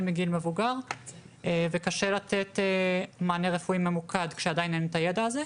מגיל מבוגר וקשה לתת מענה רפואי ממוקד כשעדיין אין את הידע הזה.